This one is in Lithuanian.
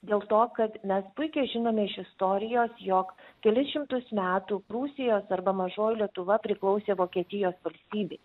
dėl to kad mes puikiai žinome iš istorijos jog kelis šimtus metų prūsijos arba mažoji lietuva priklausė vokietijos valstybei